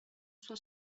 sua